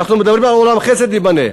אנחנו מדברים על עולם חסד ייבנה,